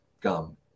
gum